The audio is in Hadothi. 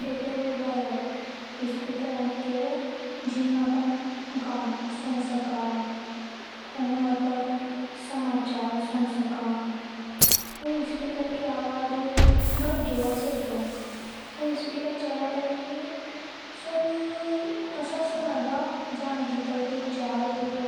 देखो र भाया और स्पीकर ऊनी ये केव है जीमें अपन गाना सुन सका समाचार सुन सका। एनी स्पीकर की आवाज घणी जोर से निकले। स्पीकर चलता ही सब ऊनी ये घणी जोर से सुने जाने उन में कई कई चल रियो।